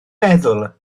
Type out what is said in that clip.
meddwl